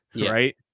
Right